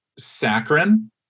saccharin